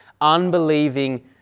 unbelieving